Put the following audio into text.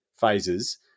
phases